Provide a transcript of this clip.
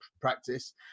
practice